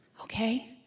okay